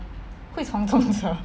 who is 黄宗泽